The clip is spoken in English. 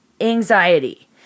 anxiety